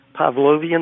Pavlovian